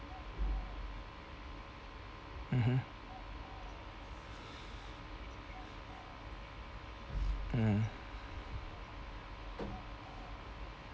mmhmm mm